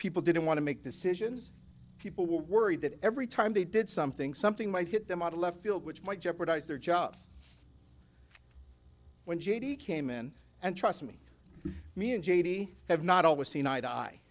people didn't want to make decisions people were worried that every time they did something something might hit them out of left field which might jeopardize their job when j t came in and trust me me and j t have not always seen